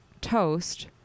toast